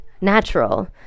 natural